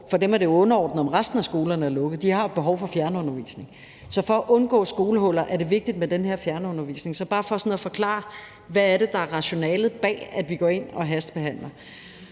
For dem er det jo underordnet, om resten at skolerne er lukket. De har et behov for fjernundervisning. Så for at undgå skolehuller, er det vigtigt med den her fjernundervisning. Det er sådan bare for at forklare, hvad der er rationalet bag, at vi går ind og hastebehandler.